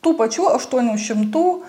tų pačių aštuonių šimtų